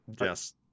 Yes